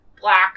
black